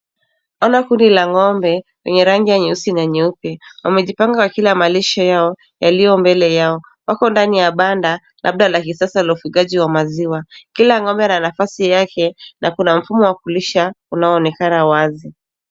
Ona kundi la ng'ombe wenye rangi ya nyeusi na nyeupe, wamejipanga wakila malishe yao yaliyo mbele yao. Wako ndani ya banda labda la kisasa la ufagaji wa maziwa. Kila ng'ombe ana nafasi yake na kuna mfumo wa kulisha unaonekana wazi.